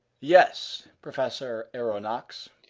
yes, professor aronnax,